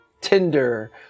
tinder